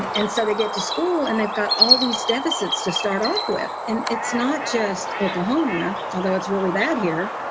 and and so they get to school and they've got all these deficits to start off with. and it's not just oklahoma, although it's really bad here.